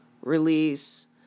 Release